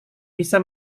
bisa